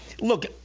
look